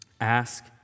Ask